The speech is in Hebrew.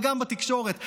וגם בתקשורת.